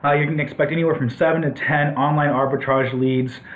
ah you can expect anywhere from seven to ten online arbitrage leads.